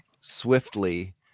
swiftly